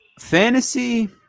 fantasy